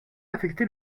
affecter